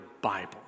Bible